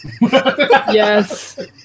Yes